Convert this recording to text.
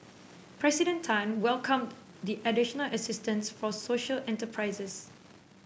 President Tan welcomed the additional assistance for social enterprises